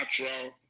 natural